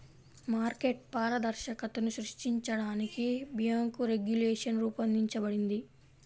market పారదర్శకతను సృష్టించడానికి bank regulation రూపొందించబడింది